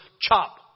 Chop